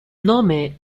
nome